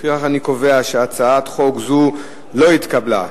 לפיכך אני קובע שהצעת חוק זו לא התקבלה.